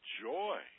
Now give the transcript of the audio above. joy